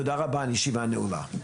תודה רבה לכולם, הישיבה נעולה.